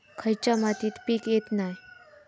खयच्या मातीत पीक येत नाय?